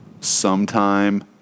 sometime